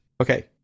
okay